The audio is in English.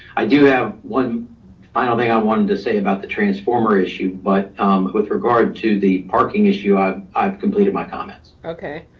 i do have one final thing i wanted to say about the transformer issue, but with regard to the parking issue, i've i've completed my comments. okay,